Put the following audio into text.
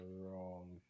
wrong